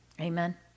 amen